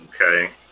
Okay